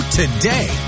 today